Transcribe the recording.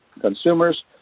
consumers